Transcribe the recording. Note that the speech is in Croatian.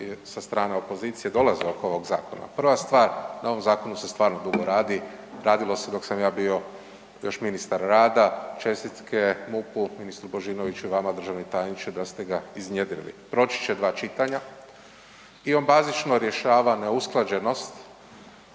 sa strane opozicije dolaze oko ovog zakona. Prva stvar, na ovom zakonu se stvarno dugo radi, radilo se dok sam ja bio još ministar rada, čestitke MUP-u, ministru Božinoviću i vama državni tajniče da ste ga iznjedrili. Proći će 2 čitanja i on bazično rješava neusklađenost